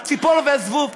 הציפור והזבוב.